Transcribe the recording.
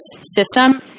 system